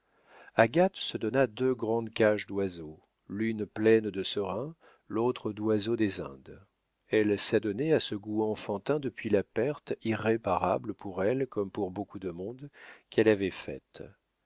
agathe se donna deux grandes cages d'oiseaux l'une pleine de serins l'autre d'oiseaux des indes elle s'adonnait à ce goût enfantin depuis la perte irréparable pour elle comme pour beaucoup de monde qu'elle avait faite